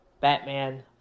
Batman